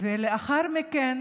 לאחר מכן